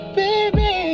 baby